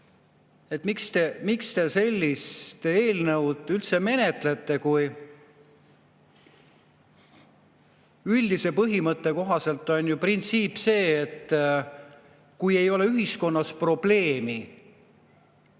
miks te sellist eelnõu üldse menetlete, kui üldise põhimõtte kohaselt on printsiip see, et kui ühiskonnas ei ole probleemi,